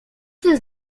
his